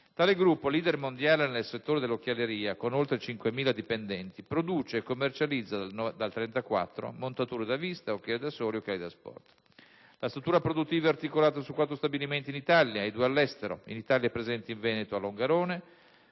Tale Gruppo, *leader* mondiale nel settore dell'occhialeria, con oltre 5.000 dipendenti, produce e commercializza, dal 1934, montature da vista, occhiali da sole e occhiali da sport. La struttura produttiva è articolata su quattro stabilimenti in Italia e due all'estero. In Italia, è presente in Veneto a Longarone,